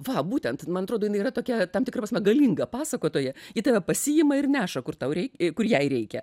va būtent man atrodo jin yra tokia tam tikra prasme galinga pasakotoja ji tave pasiima ir neša kur tau reikia kur jai reikia